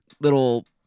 little